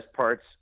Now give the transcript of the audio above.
parts